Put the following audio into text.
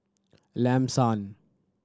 Lam San